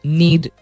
need